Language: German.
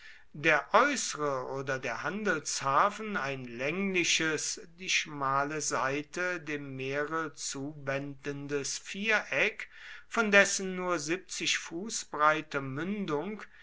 der äußere oder der handelshafen ein längliches die schmale seite dem meere zuwendendes viereck von dessen nur fuß breiter mündung